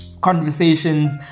conversations